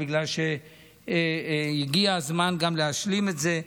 בגלל שהגיע הזמן גם להשלים את זה,